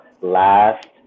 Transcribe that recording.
last